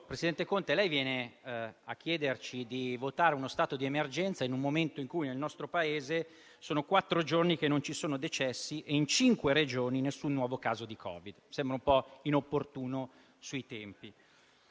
presidente Conte, innanzitutto lei viene a chiederci di votare uno stato di emergenza in un momento in cui, nel nostro Paese, sono quattro giorni che non ci sono decessi e in cinque Regioni non c'è nessun nuovo caso di Covid. Sembra un po' inopportuno sui tempi.